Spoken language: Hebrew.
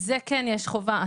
בזה כן יש חובה.